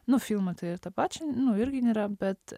nu filmą tai ir tą pačią nu irgi nėra bet